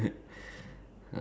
magazine